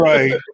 Right